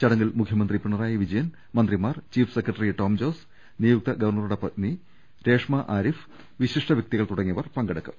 ചടങ്ങിൽ മുഖ്യമന്ത്രി പിണറായി വിജയൻ മന്ത്രിമാർ ചീഫ് സെക്രട്ടറി ടോം ജോസ് നിയുക്ത ഗവർണറുടെ പത്നി രേഷ്മാ ആരിഫ് വിശിഷ്ട വൃക്തികൾ തുടങ്ങിയവർ പങ്കെടുക്കും